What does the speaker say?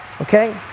okay